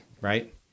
Right